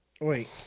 Wait